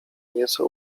nieco